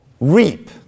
Reap